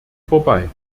vorbei